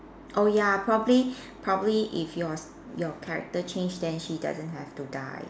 oh ya probably probably if your s~ your character change then she doesn't have to die